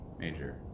major